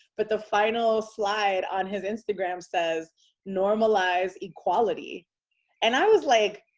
but the final slide on his instagram says normalize equality and i was like,